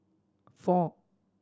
four